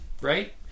right